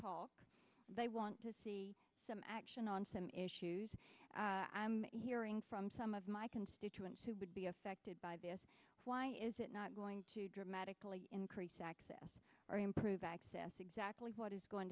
talk they want to see some action on some issues i'm hearing from some of my constituents who would be affected by this why is it not going to dramatically increase access or improve access exactly what is going